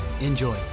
Enjoy